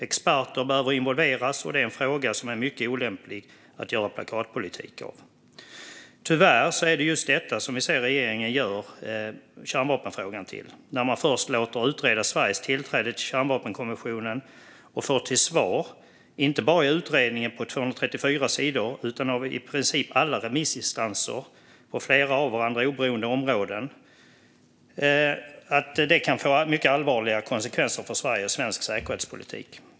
Experter behöver involveras, och det är en fråga som är mycket olämplig att göra plakatpolitik av. Tyvärr är det just detta vi ser att regeringen gör av kärnvapenfrågan. Först låter man utreda Sveriges tillträde till kärnvapenkonventionen. Man får till svar, inte bara i utredningen på 234 sidor utan av i princip alla remissinstanser, att det på flera av varandra oberoende områden kan få mycket allvarliga konsekvenser för Sverige och svensk säkerhetspolitik.